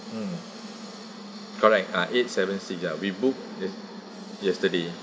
mm correct ah eight seven six ya we book yes~ yesterday